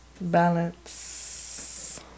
Balance